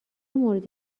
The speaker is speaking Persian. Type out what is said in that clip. مورد